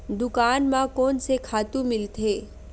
दुकान म कोन से खातु मिलथे?